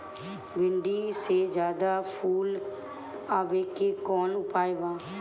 भिन्डी में ज्यादा फुल आवे के कौन उपाय बा?